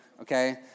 okay